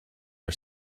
are